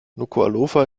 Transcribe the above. nukuʻalofa